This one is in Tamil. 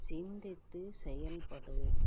சிந்தித்துச் செயல்படு